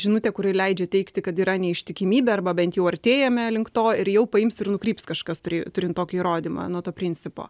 žinutė kuri leidžia teigti kad yra neištikimybė arba bent jau artėjame link to ir jau paims ir nukryps kažkas turi turint tokį įrodymą nuo to principo